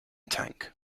tank